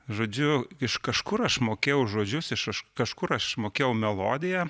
žodžiu iš kažkur aš mokėjau žodžius iš kažkur aš mokėjau melodiją